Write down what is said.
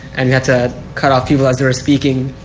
and got to cut off people as they were speaking.